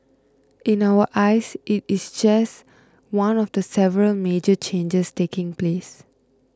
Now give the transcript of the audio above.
in our eyes it is just one of the several major changes taking place